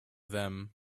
them